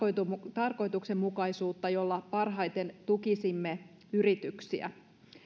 tarkoituksenmukaisuutta jolla parhaiten tukisimme yrityksiä